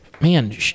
man